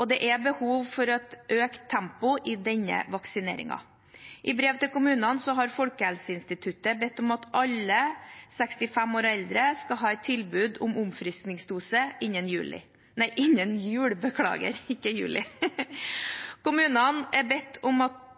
Det er behov for økt tempo i denne vaksineringen. I brev til kommunene har Folkehelseinstituttet bedt om at alle som er 65 år og eldre, skal ha fått tilbud om oppfriskingsdose innen